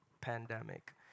pandemic